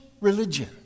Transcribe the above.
religion